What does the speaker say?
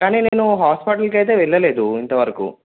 కానీ నేను హాస్పిటల్కి అయితే వెళ్ళలేదు ఇంతవరకు